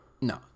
No